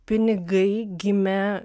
pinigai gimė